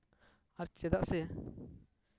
ᱟᱨ ᱪᱮᱫᱟᱜ ᱥᱮ